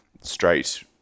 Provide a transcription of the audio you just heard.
straight